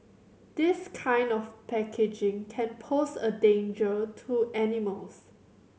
this kind of packaging can pose a danger to animals